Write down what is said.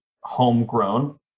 homegrown